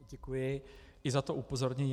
Děkuji, i za to upozornění.